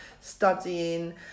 studying